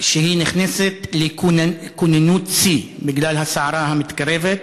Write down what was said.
שהיא נכנסת לכוננות שיא בגלל הסערה המתקרבת.